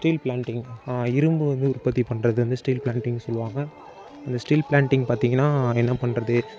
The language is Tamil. ஸ்டீல் ப்ளான்ட்டிங் இரும்பு வந்து உற்பத்தி பண்ணுறது வந்து ஸ்டீல் ப்ளான்ட்டிங் சொல்லுவாங்க அந்த ஸ்டீல் ப்ளான்ட்டிங் பார்த்திங்கனா என்ன பண்ணுறது